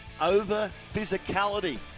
over-physicality